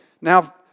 Now